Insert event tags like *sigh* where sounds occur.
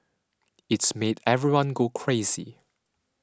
*noise* it's made everyone go crazy